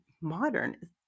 modern